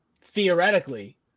theoretically